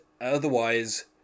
Otherwise